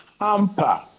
hamper